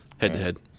Head-to-head